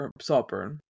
saltburn